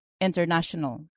International